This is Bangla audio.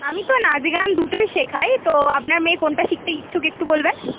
আমি তো নাচ গান দুটোই শেখাই তো আপনার মেয়ে কোনটা শিখতে ইচ্ছুক একটু বলবেন